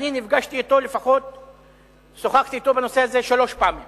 ואני נפגשתי אתו ושוחחתי אתו בנושא הזה לפחות